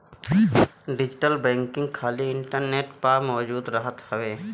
digital banking खाली internet पअ मौजूद रहत हवे